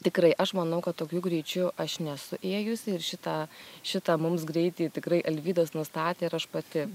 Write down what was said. tikrai aš manau kad tokiu greičiu aš nesu ėjusi ir šitą šitą mums greitį tikrai alvydas nustatė ir aš pati